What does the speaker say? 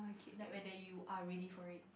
that where they you are ready for it